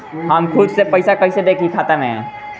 हम खुद से पइसा कईसे देखी खाता में?